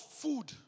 food